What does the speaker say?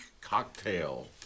cocktail